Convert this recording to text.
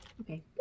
Okay